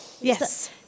Yes